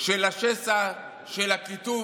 של השסע, של הקיטוב,